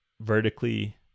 vertically